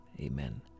amen